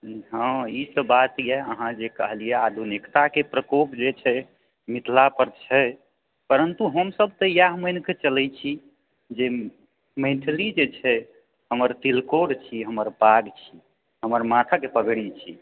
हँ ई सब बात छै अहाँ जे कहलियै आधुनिकता के प्रकोप जे छै मिथिला पर छै परन्तु हम सब तऽ इएह मानि कऽ चलै छी जे मैथिली जे छै हमर तिलकोर छी हमर पाग छी हमर माथक पगड़ी छी